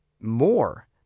more